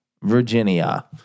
Virginia